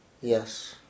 Yes